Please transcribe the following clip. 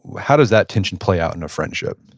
how does that tension play out in a friendship?